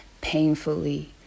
painfully